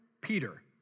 Peter